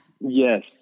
Yes